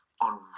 on